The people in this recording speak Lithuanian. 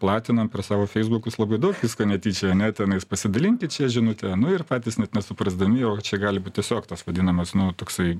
platinam per savo feisbukus labai daug visko netyčia ane tenais pasidalinkit šia žinute nu ir patys net nesuprasdami o čia gali būt tiesiog tas vadinamas nu toksai